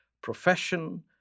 profession